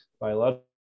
biological